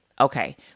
okay